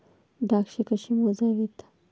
द्राक्षे कशी मोजावीत?